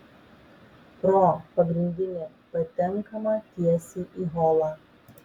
pro pagrindinį patenkama tiesiai į holą